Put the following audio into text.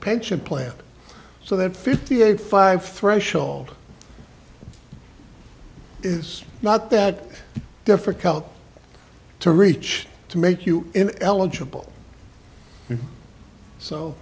pension plan so that fifty eight five threshold is not that difficult to reach to make you